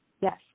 Yes